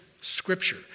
scripture